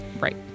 Right